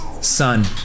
Son